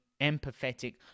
empathetic